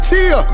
Tia